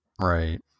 Right